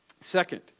Second